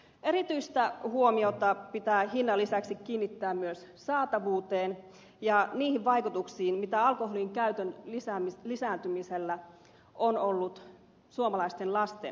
erityistä huomiota pitää hinnan lisäksi kiinnittää myös saatavuuteen ja niihin vaikutuksiin mitä alkoholinkäytön lisääntymisellä on ollut suomalaisten lasten hyvinvointiin